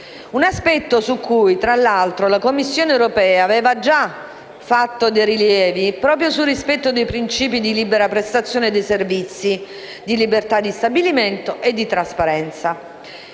Un aspetto su cui tra l'altro la Commissione europea aveva già fatto dei rilievi, proprio sul rispetto dei principi di libera prestazione dei servizi, di libertà di stabilimento e di trasparenza.